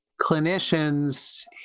clinicians